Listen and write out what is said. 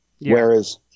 Whereas